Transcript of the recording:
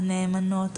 הנאמנות,